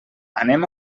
anem